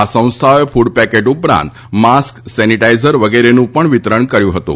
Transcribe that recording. આ સંસ્થાઓએ ક્રડપેકેટ ઉપરાંત માસ્ક સેનીટાઇઝર વગેરેનું પણ વિતરણ કર્યું હતું